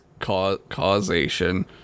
causation